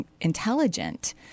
intelligent